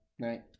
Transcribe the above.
Right